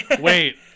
Wait